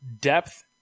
depth